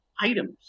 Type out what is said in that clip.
items